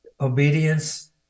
Obedience